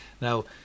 Now